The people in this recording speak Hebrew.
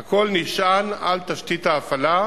הכול נשען על תשתית ההפעלה,